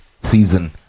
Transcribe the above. season